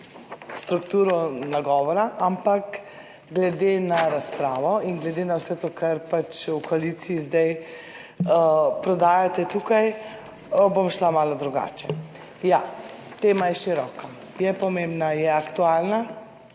strukturo nagovora ampak glede na razpravo in glede na vse to, kar pač v koaliciji zdaj prodajate tukaj bom šla malo drugače. Ja, tema je široka, je pomembna, je aktualna